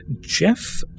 Jeff